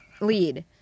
Lead